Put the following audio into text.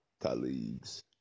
colleagues